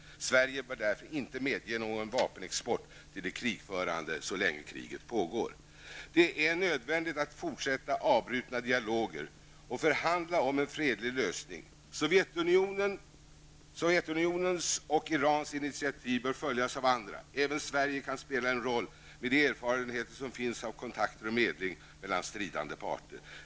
Sverige bör därför inte medge någon vapenexport till de krigförande så länge kriget pågår. Det är nu nödvändigt att fortsätta avbrutna dialoger och förhandla om en fredlig lösning. Sovjetunionens och Irans initiativ bör följas av andra. Även Sverige kan spela en roll med de erfarenheter som finns av kontakter och medling mellan stridande parter.